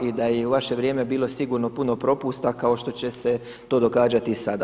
I da je u vaše vrijeme bilo sigurno puno propusta kao što će se to događati i sada.